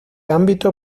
ámbito